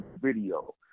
video